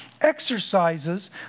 exercises